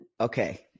Okay